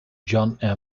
john